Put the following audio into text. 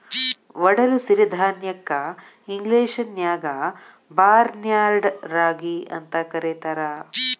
ಒಡಲು ಸಿರಿಧಾನ್ಯಕ್ಕ ಇಂಗ್ಲೇಷನ್ಯಾಗ ಬಾರ್ನ್ಯಾರ್ಡ್ ರಾಗಿ ಅಂತ ಕರೇತಾರ